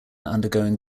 undergoing